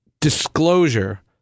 disclosure